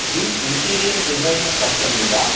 Shri interior designer company वा